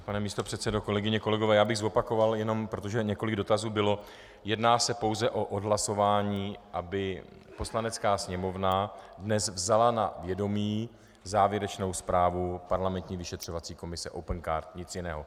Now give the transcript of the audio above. Pane místopředsedo, kolegyně, kolegové, já bych zopakoval jenom, protože bylo několik dotazů, jedná se pouze o odhlasování, aby Poslanecká sněmovna dnes vzala na vědomí závěrečnou zprávu parlamentní vyšetřovací komise Opencard, nic jiného.